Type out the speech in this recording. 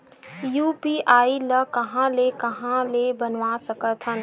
UPI ल कहां ले कहां ले बनवा सकत हन?